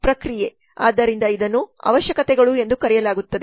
ಆದ್ದರಿಂದ ಇದನ್ನು ಅವಶ್ಯಕತೆಗಳು ಎಂದು ಕರೆಯಲಾಗುತ್ತದೆ